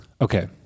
Okay